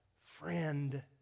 friend